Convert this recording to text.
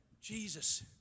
Jesus